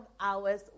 Hours